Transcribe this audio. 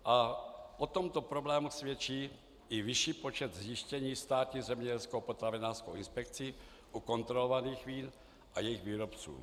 O tomto problému svědčí i vyšší počet zjištění Státní zemědělskou a potravinářskou inspekcí u kontrolovaných vín a jejich výrobců.